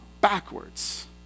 backwards